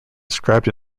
inscribed